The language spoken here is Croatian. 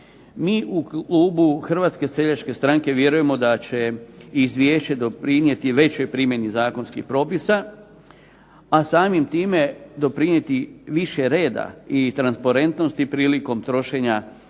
Mi u klubu HSS-a vjerujemo da će izvješće doprinijeti većoj primjeni zakonskih propisa, a samim time doprinijeti više reda i transparentnosti prilikom trošenja